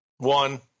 One